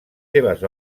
seves